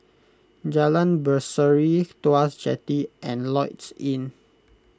Jalan Berseri Tuas Jetty and Lloyds Inn